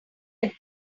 had